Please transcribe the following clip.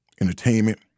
entertainment